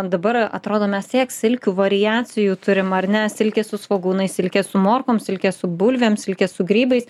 dabar atrodo mes tiek silkių variacijų turim ar ne silkė su svogūnais silkė su morkom silkė su bulvėm silkė su grybais